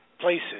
places